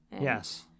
Yes